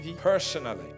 personally